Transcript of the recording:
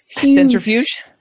centrifuge